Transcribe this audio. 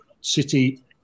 City